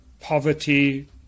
poverty